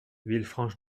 villefranche